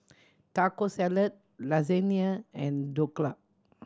Taco Salad Lasagna and Dhokla